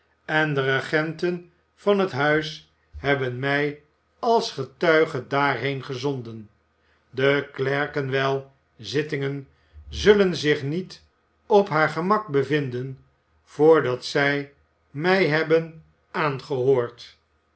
en de regenten van het huis hebben mij a s getuige daarheen gezonden de clerkinwell zittingen zullen zich niet op haar gemak bevinden vrdat zij mij hebben aangehoord